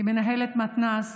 כמנהלת מתנ"ס